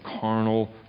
carnal